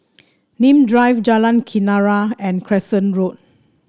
Nim Drive Jalan Kenarah and Crescent Road